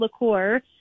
liqueur